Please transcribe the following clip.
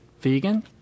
vegan